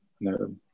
no